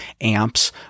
amps